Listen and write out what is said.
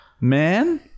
Man